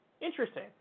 Interesting